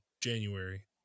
January